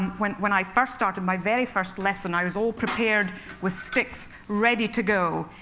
when when i first started, my very first lesson, i was all prepared with sticks, ready to go.